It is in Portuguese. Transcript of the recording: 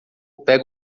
pega